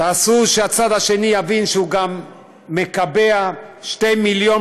תעשו שהצד השני יבין שהוא גם מקבע 2 מיליון